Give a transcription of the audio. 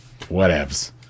whatevs